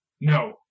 No